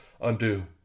undo